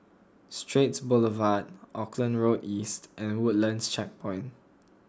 Straits Boulevard Auckland Road East and Woodlands Checkpoint